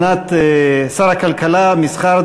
שר הכלכלה והמסחר,